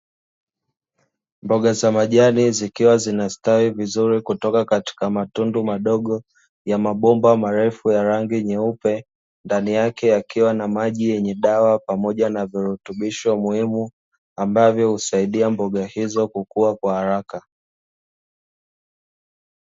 Mboga za majani zikiwa zinastawi vizuri kutoka katika matundu madogo ya mabomba marefu ya rangi nyeupe ndani yake akiwa na maji yenye dawa pamoja na virutubisho muhimu ambavyo husaidia mboga hizo kukua kwa haraka.